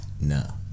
No